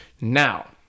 Now